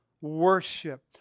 worship